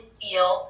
feel